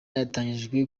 yatangijwe